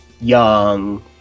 young